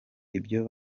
ibyo